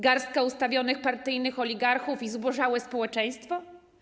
Garstka ustawionych partyjnych oligarchów i zubożałe społeczeństwo?